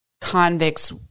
convicts